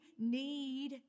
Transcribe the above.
need